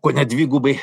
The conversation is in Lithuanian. kone dvigubai